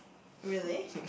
really